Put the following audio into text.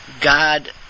God